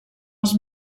els